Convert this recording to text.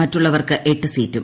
മറ്റുള്ളവർക്ക് എട്ട് സീറ്റും